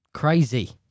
Crazy